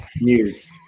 news